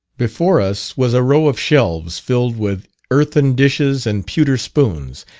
before us was a row of shelves filled with earthen dishes and pewter spoons,